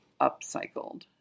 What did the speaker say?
upcycled